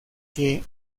que